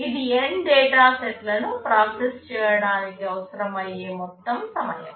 ఇది N data సెట్లను process చేయడానికి అవసరమయ్యే మొత్తం సమయం